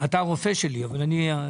אתה הרופא שלי, אבל אני.